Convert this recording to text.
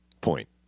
point